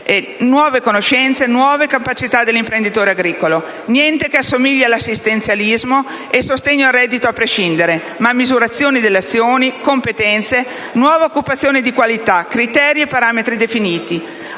nuove conoscenze e nuove capacità dell'imprenditore agricolo, niente che assomigli all'assistenzialismo e al sostegno al reddito a prescindere, ma misurazione delle azioni, competenze, nuova occupazione di qualità, criteri e parametri definiti.